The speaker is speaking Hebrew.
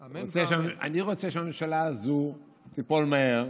אני רוצה שהממשלה הזאת תיפול מהר